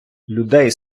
людей